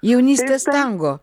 jaunystės tango